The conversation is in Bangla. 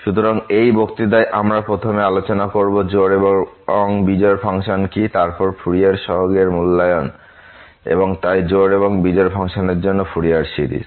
সুতরাং এই বক্তৃতায় আমরা প্রথমে আলোচনা করবো জোড় এবং বিজোড় ফাংশন কি এবং তারপর ফুরিয়ার সহগের মূল্যায়ন এবং তাই জোড় এবং বিজোড় ফাংশনের জন্য ফুরিয়ার সিরিজ